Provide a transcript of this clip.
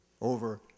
over